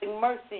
mercy